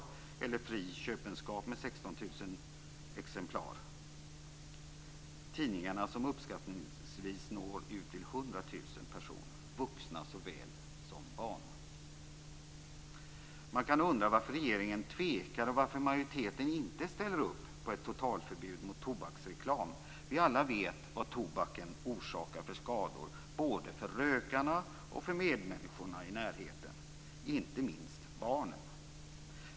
Det är tidningar som når ut till uppskattningsvis 100 000 personer, vuxna såväl som barn. Man kan undra varför regeringen tvekar och majoriteten inte ställer upp på ett totalförbud mot tobaksreklam. Vi vet alla vad tobaken orsakar för skador både för rökarna och för medmänniskorna i närheten - inte minst barnen.